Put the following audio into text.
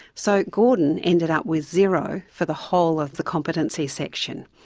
so gordon ended up with zero for the whole of the competency section.